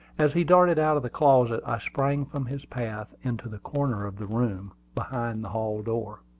as he darted out of the closet, i sprang from his path into the corner of the room, behind the hall-door.